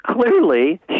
clearly